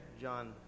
John